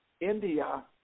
India